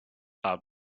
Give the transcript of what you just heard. are